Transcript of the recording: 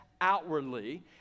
outwardly